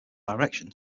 direction